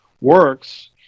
works